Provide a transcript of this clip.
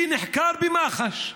שנחקר במח"ש,